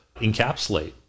encapsulate